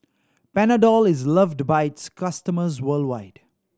Panadol is loved by its customers worldwide